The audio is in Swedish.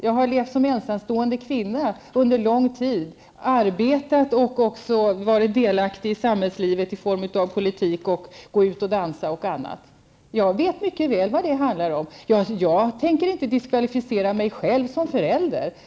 Jag har levt som ensamstående kvinna under lång tid, arbetat och varit delaktig i samhällslivet i form av att ägna mig åt politik, gå ut och dansa, m.m. Jag vet mycket väl vad det handlar om. Jag tänker inte diskvalificera mig själv som förälder.